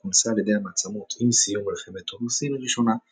שכונסה על ידי המעצמות עם סיום מלחמת הודו-סין הראשונה,